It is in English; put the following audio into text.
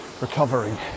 recovering